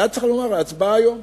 היה צריך לקיים את ההצבעה היום,